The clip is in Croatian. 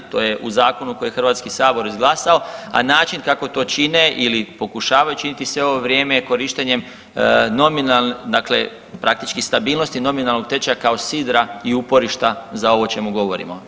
To je u zakonu koji je HS izglasao, a način kako to čine ili pokušavaju činiti sve ovo vrijeme je korištenjem nominalne, dakle praktički stabilnosti nominalnog tečaja kao sidra i uporišta za ovo o čemu govorimo.